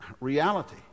reality